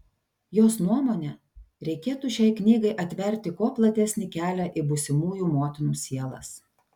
jos nuomone reikėtų šiai knygai atverti kuo platesnį kelią į būsimųjų motinų sielas